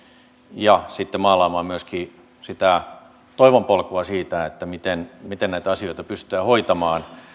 ja sitten maalaamaan myöskin sitä toivonpolkua siitä miten miten näitä asioita pystytään hoitamaan